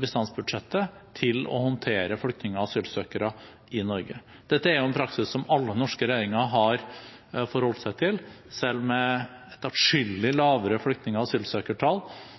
bistandsbudsjettet til håndtering av flyktninger og asylsøkere i Norge. Dette er en praksis som alle norske regjeringer har forholdt seg til. Selv med et atskillig lavere flyktning- og asylsøkertall